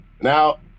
Now